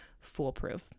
foolproof